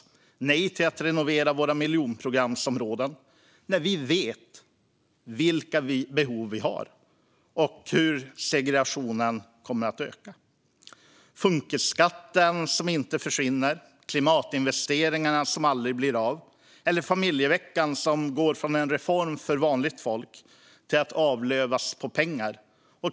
Man säger nej till att renovera våra miljonprogramsområden, när vi vet vilka behov vi har och hur segregationen kommer att öka. Funkisskatten försvinner inte, och klimatinvesteringarna blir aldrig av. Familjeveckan går från en reform för vanligt folk till att avlövas på pengar.